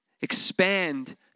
expand